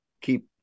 keep